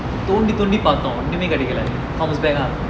தோன்டி தோன்டி பாத்தோம் ஒன்னுமே கெடக்கில:thondi thondi paathum onnume kedekkila